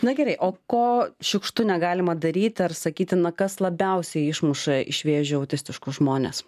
na gerai o ko šiukštu negalima daryti ar sakyti na kas labiausiai išmuša iš vėžių autistiškus žmones